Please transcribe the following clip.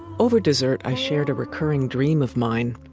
over dessert, i shared a recurring dream of mine.